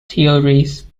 theories